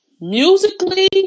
musically